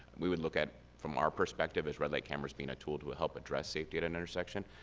we would look at from our perspective as red-light cameras being a tool to ah help address safety at an intersection,